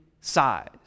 size